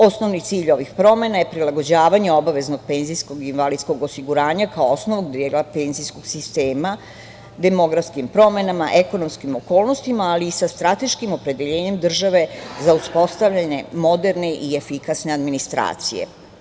Osnovni cilj ovih promena je prilagođavanje obaveznog penzijskog i invalidskog osiguranja, kao osnovnog dela penzijskog sistema, demografskim promenama, ekonomskim okolnostima, ali i sa strateškim opredeljenjem države za uspostavljanje moderne i efikasne administracije.